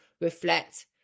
reflect